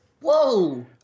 Whoa